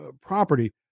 property